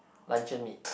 luncheon meat